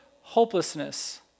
hopelessness